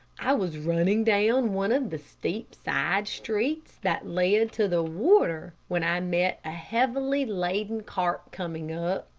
i was running down one of the steep side streets that led to the water when i met a heavily-laden cart coming up.